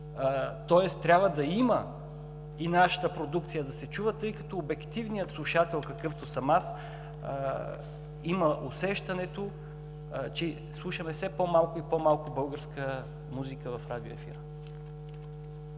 тоест трябва да има и нашата продукция да се чува, тъй като обективният слушател – какъвто съм аз, има усещането, че слушаме все по малко и по-малко българска музика в радио ефира.